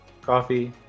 Coffee